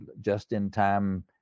just-in-time